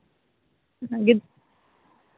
ᱚᱱᱟᱜᱤ